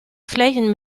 flächen